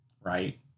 right